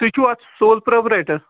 تُہۍ چھُو اَتھ سول پرٛاپرایٹر